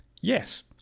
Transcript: yes